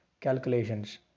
calculations